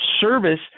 service